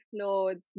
clothes